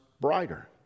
brighter